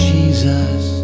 Jesus